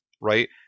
Right